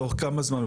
תוך כמה זמן?